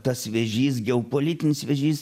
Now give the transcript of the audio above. tas vėžys geopolitinis vėžys